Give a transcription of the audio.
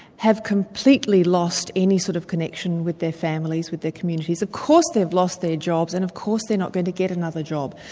have completely lost any sort of connection with their families, with their communities. of course they've lost their jobs, and of course they're not going to get another job.